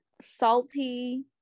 salty